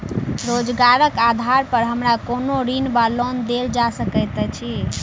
रोजगारक आधार पर हमरा कोनो ऋण वा लोन देल जा सकैत अछि?